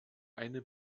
eine